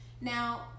Now